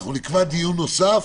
אנחנו נקבע דיון נוסף.